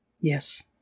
Yes